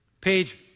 Page